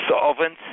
solvents